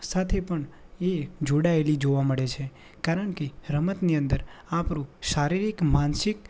સાથે પણ એ જોડાયેલી જોવા મળે છે કારણકે રમતની અંદર આપણું શારીરિક માનસિક